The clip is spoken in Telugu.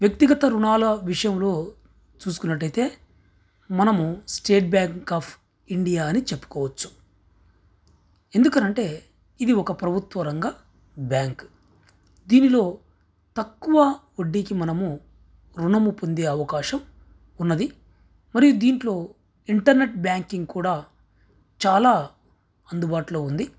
వ్యక్తిగత రుణాల విషయంలో చూసుకున్నట్టయితే మనము స్టేట్ బ్యాంక్ ఆఫ్ ఇండియా అని చెప్పుకోవచ్చు ఎందుకని అంటే ఇది ఒక ప్రభుత్వరంగా బ్యాంక్ దీనిలో తక్కువ వడ్డీకి మనము రుణము పొందే అవకాశం ఉన్నది మరియు దీంట్లో ఇంటర్నెట్ బ్యాంకింగ్ కూడా చాలా అందుబాటులో ఉంది